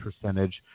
percentage